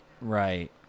Right